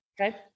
Okay